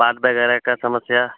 पाद वगैरह की समस्या